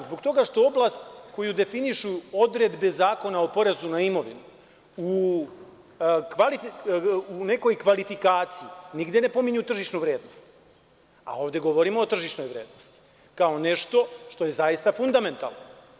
Zbog toga što odnos koju definišu odredbu Zakona o porezu na imovinu u nekoj kvalifikaciji nigde ne pominju tržišnu vrednost, a ovde govrimo o tržišnoj vrednosti kao nešto što je zaista fundamentalno.